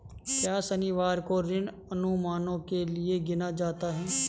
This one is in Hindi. क्या शनिवार को ऋण अनुमानों के लिए गिना जाता है?